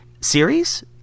series